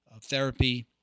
therapy